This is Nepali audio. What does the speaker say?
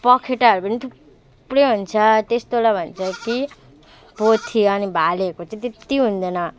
पखेटाहरू पनि थुप्रै हुन्छ त्यस्तोलाई भन्छ कि पोथी अनि भालेको चाहिँ त्यति हुँदैन